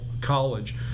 college